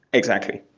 exactly.